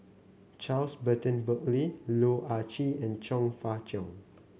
Charles Burton Buckley Loh Ah Chee and Chong Fah Cheong